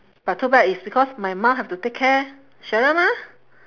but too bad it's because my mum have to take care sheryl mah